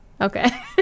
Okay